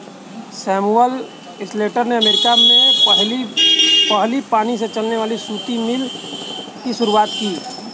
Samuel Slater ने America में पहली पानी से चलने वाली सूती मिल की शुरुआत की